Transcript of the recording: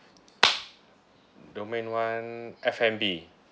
domain one F and B